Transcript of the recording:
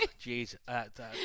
jeez